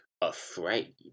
afraid